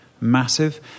massive